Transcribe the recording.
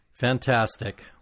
Fantastic